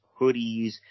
hoodies